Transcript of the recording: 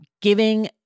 giving